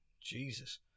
Jesus